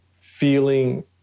feeling